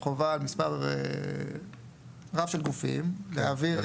חובה על מספר רב של גופים להעביר מידע.